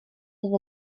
sydd